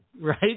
right